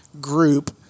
group